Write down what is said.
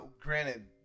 Granted